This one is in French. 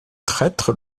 traître